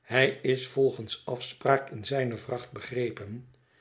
het is volgens afspraak in zijne vracht begrepen